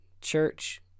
Church